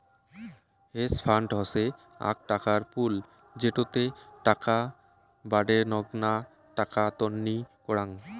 hedge fund হসে আক টাকার পুল যেটোতে টাকা বাডেনগ্না টাকা তন্নি করাং